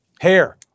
Hair